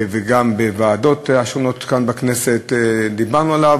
וגם בוועדות השונות כאן בכנסת דיברנו עליו,